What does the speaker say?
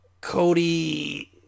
Cody